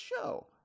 show